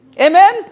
Amen